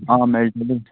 आं मेळटली